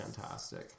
fantastic